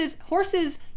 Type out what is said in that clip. Horses